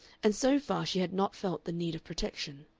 and so far she had not felt the need of protection.